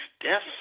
death